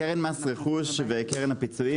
חוק מס רכוש וקרן הפיצויים